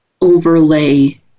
overlay